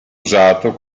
usato